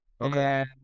Okay